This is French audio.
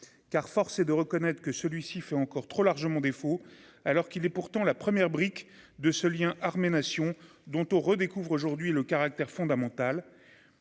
car force est de reconnaître que celui-ci fait encore trop largement défaut alors qu'il est pourtant la première brique de ce lien armée-nation dont on redécouvre aujourd'hui le caractère fondamental